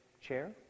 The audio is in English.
chair